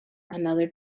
another